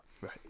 Right